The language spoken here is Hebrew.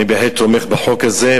אני בהחלט תומך בחוק הזה.